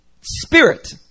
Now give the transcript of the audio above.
spirit